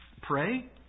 pray